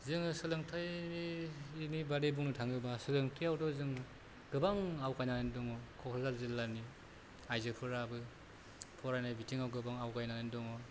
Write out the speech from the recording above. जोङो सोलोंथायनि बादै बुंनो थाङोब्ला सोलोंथायावथ' जों गोबां आवगायना दङ क'क्राझार जिल्लानि आइजोफोराबो फरायनाय बिथिङाव गोबां आवगायनानै दङ